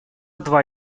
два